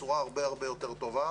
בצורה הרבה יותר טובה.